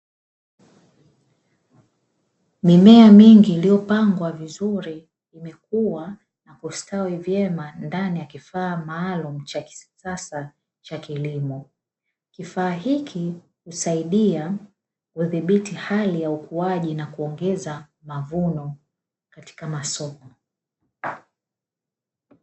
Mimea mingi iliyopangwa vizuri imekua na kustawi vyema ndani ya kifaa maalumu cha kisasa cha kilimo, kifaa hiki husaidia udhibiti hali ya ukuaji na kuongeza mavuno katika masoko.